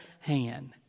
hand